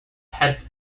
had